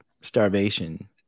starvation